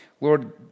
Lord